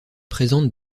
présente